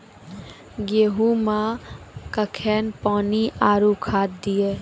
गेहूँ मे कखेन पानी आरु खाद दिये?